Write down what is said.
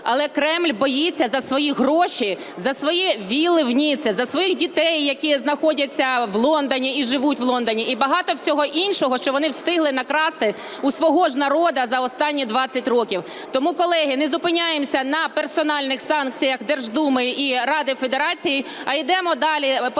Але Кремль боїться за свої гроші, за свої вілли у Ніці, за своїх дітей, які знаходяться в Лондоні і живуть в Лондоні, і багато всього іншого, що вони встигли накрасти у свого ж народу за останні 20 років. Тому, колеги, не зупиняємося на персональних санкціях Держдуми і Ради Федерації, а йдемо далі постановою